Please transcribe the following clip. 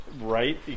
Right